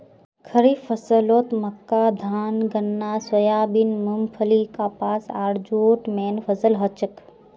खड़ीफ फसलत मक्का धान गन्ना सोयाबीन मूंगफली कपास आर जूट मेन फसल हछेक